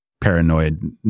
paranoid